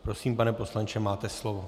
Prosím, pane poslanče, máte slovo.